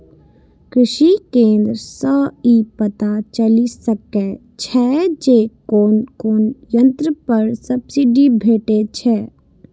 कृषि केंद्र सं ई पता चलि सकै छै जे कोन कोन यंत्र पर सब्सिडी भेटै छै